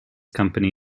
company